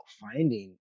finding